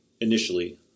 initially